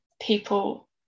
people